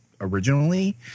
originally